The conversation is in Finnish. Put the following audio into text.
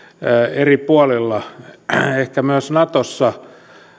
eri puolilla ehkä myös natossa